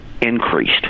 increased